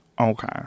Okay